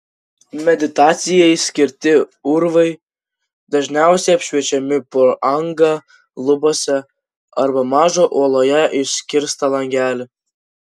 meditacijai skirti urvai dažniausiai apšviečiami pro angą lubose arba mažą uoloje iškirstą langelį